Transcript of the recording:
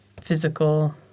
physical